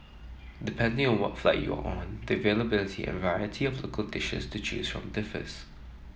depending on what flight you are on the availability and variety of local dishes to choose from differs